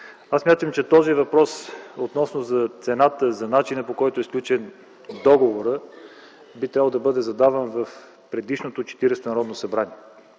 Аз смятам, че този въпрос относно цената, за начина, по който е сключен договорът, би трябвало да бъде задаван в Четиридесетото Народно събрание.